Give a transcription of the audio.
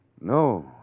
No